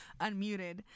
unmuted